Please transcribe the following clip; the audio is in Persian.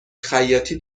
خیاطی